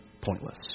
pointless